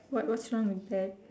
what was wrong with that